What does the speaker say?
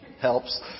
helps